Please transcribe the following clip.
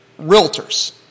Realtors